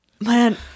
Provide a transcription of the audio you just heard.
Man